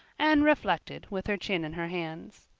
anne reflected with her chin in her hands.